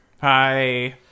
Hi